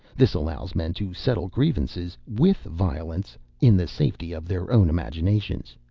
this allows men to settle grievances with violence in the safety of their own imaginations.